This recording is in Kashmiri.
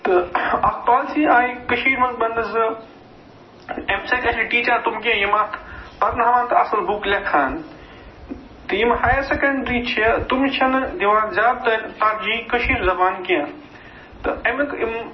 تہٕ اَکھ پالیسی آیہِ کَشیٖر منٛز وَننہٕ زِ اَمہِ سۭتۍ آیہِ ٹیٖچر تِم کیٚنٛہہ یِم اَتھ پَرناوان تہٕ اَصٕل بُک لیکھان تہٕ یِم ہایر سیکَنٛڈری چھےٚ تِمہٕ چھِنہٕ دِوان زیادٕ تَر تَرجیح کٔشیٖر زَبانہِ کیٚنٛہہ تہٕ اَمیُک یِم